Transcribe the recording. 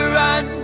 run